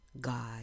God